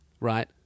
right